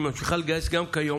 והיא ממשיכה לגייס גם כיום,